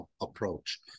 approach